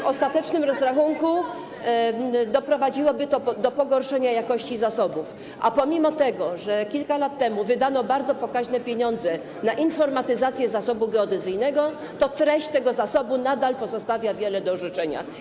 W ostatecznym rozrachunku doprowadziłoby to do pogorszenia jakości zasobów, a pomimo że kilka lat temu wydano bardzo pokaźne pieniądze na informatyzację zasobu geodezyjnego, to treść tego zasobu nadal pozostawia wiele do życzenia.